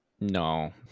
No